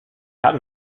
haben